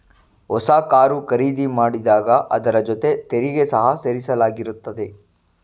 ಹೊಸ ಕಾರು ಖರೀದಿ ಮಾಡಿದಾಗ ಅದರ ಜೊತೆ ತೆರಿಗೆ ಸಹ ಸೇರಿಸಲಾಗಿರುತ್ತದೆ